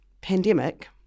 Pandemic